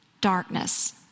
darkness